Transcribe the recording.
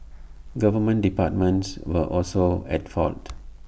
government departments were also at fault